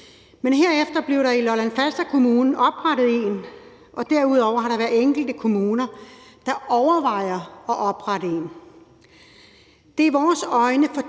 Men herefter blev der i Lolland Kommune oprettet en, og derudover er der enkelte kommuner, der overvejer at oprette en. Det er i vores øjne for